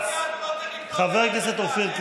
איזו הידברות, חבר הכנסת רון כץ.